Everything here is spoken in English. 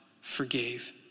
forgave